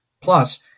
Plus